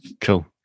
cool